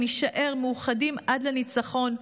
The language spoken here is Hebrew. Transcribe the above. נישאר מאוחדים עד לניצחון,